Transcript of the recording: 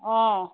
অঁ